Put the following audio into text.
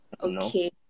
Okay